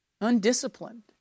Undisciplined